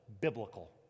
biblical